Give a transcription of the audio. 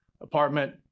apartment